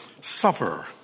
suffer